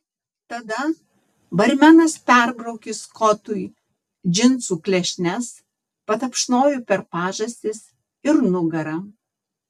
tada barmenas perbraukė skotui džinsų klešnes patapšnojo per pažastis ir nugarą